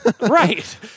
Right